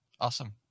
Awesome